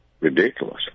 ridiculous